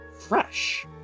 fresh